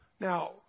Now